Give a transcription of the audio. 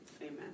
Amen